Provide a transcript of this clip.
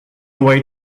away